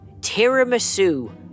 Tiramisu